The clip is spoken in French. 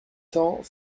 cent